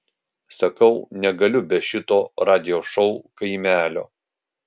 sakau negaliu be šito radijo šou kaimelio